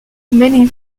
many